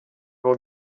will